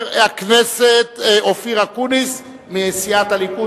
חבר הכנסת אופיר אקוניס מסיעת הליכוד,